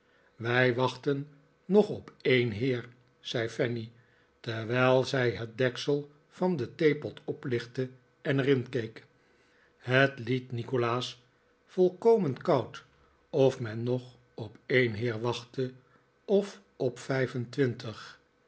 wij wachten nog op een heer zei fanny jerwijl zij net deksel van den theepot oplichtte en er inkeek het liet nikolaas volkomen koud of men nog op een heer wachtte of op vijf